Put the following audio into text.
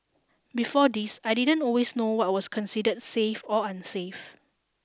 before this I didn't always know what was considered safe or unsafe